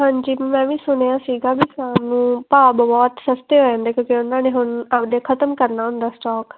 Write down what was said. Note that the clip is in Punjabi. ਹਾਂਜੀ ਮੈਂ ਵੀ ਸੁਣਿਆ ਸੀਗਾ ਵੀ ਸਾਨੂੰ ਭਾਗ ਬਹੁਤ ਸਸਤੇ ਹੋ ਜਾਂਦੇ ਕਿਉਂਕਿ ਉਹਨਾਂ ਨੇ ਹੁਣ ਆਪਦੇ ਖਤਮ ਕਰਨਾ ਹੁੰਦਾ ਸਟੋਕ